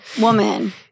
Woman